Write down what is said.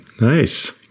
nice